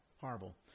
Horrible